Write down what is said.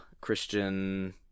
Christian